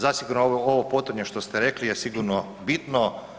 Zasigurno ovo potonje što ste rekli je sigurno bitno.